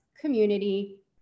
community